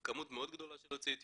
כ מות מאוד גדולה של יוצאי אתיופיה,